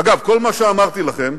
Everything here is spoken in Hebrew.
אגב, כל מה שאמרתי לכם,